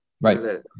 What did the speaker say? right